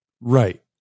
Right